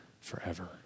forever